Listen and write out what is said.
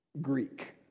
Greek